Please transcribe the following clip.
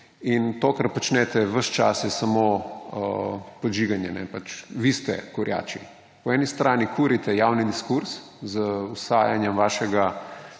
In to, kar počnete ves čas, je samo podžiganje. Vi ste kurjači. Po eni strani kurite javni diskurz z vsajanjem vašega